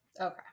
Okay